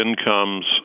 incomes